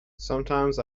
sometimes